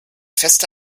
feste